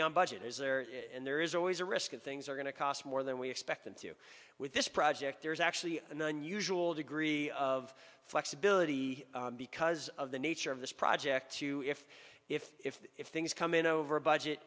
be on budget is there and there is always a risk that things are going to cost more than we expected to with this project there's actually an unusual degree of flexibility because of the nature of this project to if if if if things come in over budget